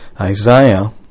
Isaiah